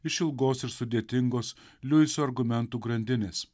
iš ilgos ir sudėtingos liuiso argumentų grandinės